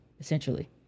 essentially